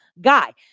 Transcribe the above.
guy